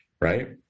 right